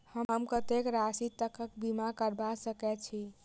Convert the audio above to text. हम कत्तेक राशि तकक बीमा करबा सकै छी?